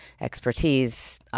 expertise